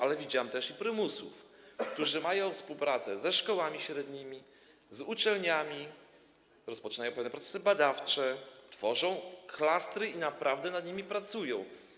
Ale widziałem też prymusów, którzy podejmują współpracę ze szkołami średnimi, z uczelniami, rozpoczynają pewne procesy badawcze, tworzą klastry i naprawdę nad nimi pracują.